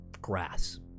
grass